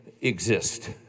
exist